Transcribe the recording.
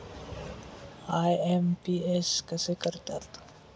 IMPS कसे करतात?